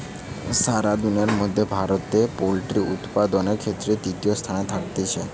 সারা দুনিয়ার মধ্যে ভারতে পোল্ট্রি উপাদানের ক্ষেত্রে তৃতীয় স্থানে থাকতিছে